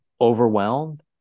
overwhelmed